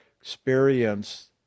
Experience